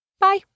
Bye